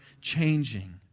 changing